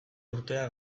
urtea